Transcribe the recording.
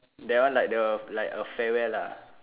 that one like the like a farewell lah